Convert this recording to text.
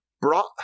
brought